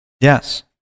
Yes